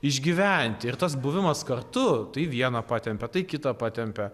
išgyventi ir tas buvimas kartu tai vieną patempia tai kitą patempia